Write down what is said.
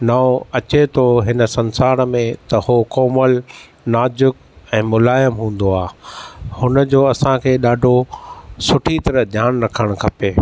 नओं अचे थो हिन संसार में त उहो कोमल नाज़ूक ऐं मुलायम हूंदो आहे हुनजो असांखे ॾाढो सुठी तरह ध्यानु रखणु खपे